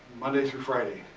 monday through friday.